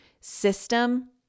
system